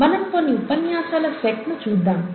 మనం కొన్ని ఉపన్యాసాల సెట్ ను చూద్దాము